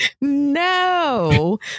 No